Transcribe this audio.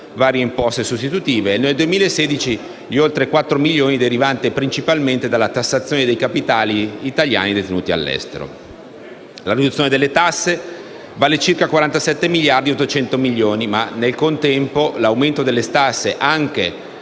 varie imposte sostitutive; nel 2016, oltre 4.000 milioni derivanti principalmente dalla tassazione dei capitali italiani detenuti all'estero. La riduzione delle tasse vale circa 47,8 miliardi. Ma al contempo l'aumento delle tasse, anche